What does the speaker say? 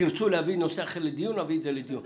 תרצו להביא נושא אחר לדיון, נביא אותו לדיון.